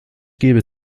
gebe